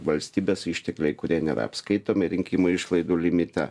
valstybės ištekliai kurie nėra apskaitomi rinkimų išlaidų limite